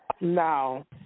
no